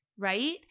right